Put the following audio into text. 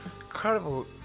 incredible